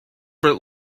but